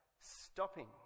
stopping